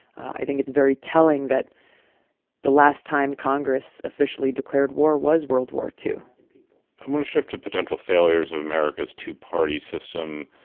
i think it's very telling that the last time congress officially declared war was world war ii i'm going to shift to potential failures of america's two-party system.